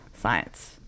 science